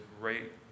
great